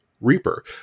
Reaper